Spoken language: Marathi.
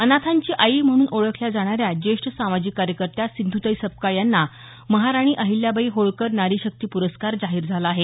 अनाथांची आई म्हणून ओळखल्या जाणाऱ्या जेष्ठ सामाजिक कार्यकर्त्या सिंधुताई सपकाळ यांना महाराणी अहिल्याबाई होळकर नारीशक्ती पुरस्कार जाहीर झाला आहे